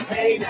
Hey